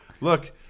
Look